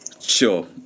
Sure